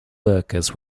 workers